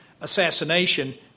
assassination